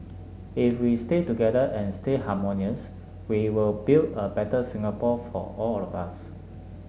if we stay together and stay harmonious we will build a better Singapore for all of us